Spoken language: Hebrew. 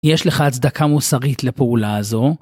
יש לך הצדקה מוסרית לפעולה הזו?